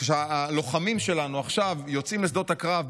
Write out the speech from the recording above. כשהלוחמים שלנו עכשיו יוצאים לשדות הקרב,